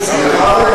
סליחה,